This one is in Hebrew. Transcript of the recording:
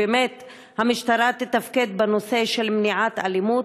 שהמשטרה תתפקד בנושא של מניעת אלימות?